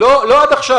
לא עד עכשיו.